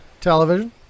television